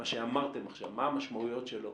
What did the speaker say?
מה שאמרתם עכשיו, מה המשמעויות שלו.